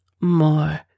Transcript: more